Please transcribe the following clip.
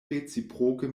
reciproke